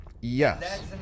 Yes